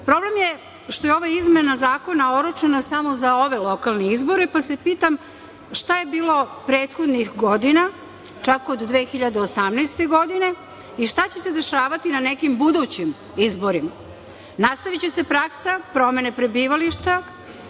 poslova? Problem je što je ova izmena zakona oročena samo za ove lokalne izbore, pa se pitam šta je bilo prethodnih godina, čak od 2018. godine i šta će se dešavati na nekim budućim izborima? Nastaviće se praksa promene prebivališta,